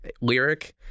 lyric